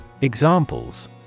Examples